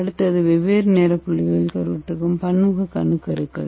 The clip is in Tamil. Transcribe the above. அடுத்தது வெவ்வேறு நேர புள்ளிகளில் கருவுற்றிருக்கும் பன்முக அணுக்கருக்கள்